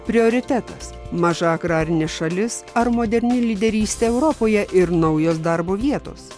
prioritetas maža agrarinė šalis ar moderni lyderystė europoje ir naujos darbo vietos